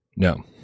No